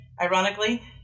ironically